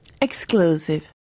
Exclusive